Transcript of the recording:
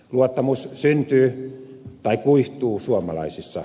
luottamus syntyy tai kuihtuu suomalaisissa